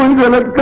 and when it